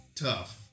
tough